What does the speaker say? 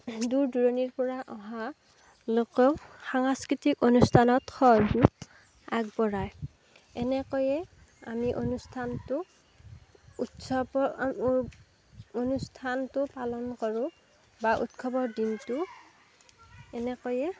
দূৰ দূৰণিৰ পৰা অহা লোকেও সাংস্কৃতিক অনুষ্ঠানত সহযোগ আগবঢ়ায় এনেকৈয়ে আমি অনুষ্ঠানটো উৎসৱৰ অনুষ্ঠানটো পালন কৰোঁ বা উৎসৱৰ দিনটো এনেকৈয়ে